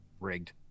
Rigged